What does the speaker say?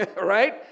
right